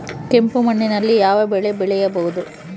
ಕೆಂಪು ಮಣ್ಣಿನಲ್ಲಿ ಯಾವ ಬೆಳೆ ಬೆಳೆಯಬಹುದು?